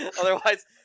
Otherwise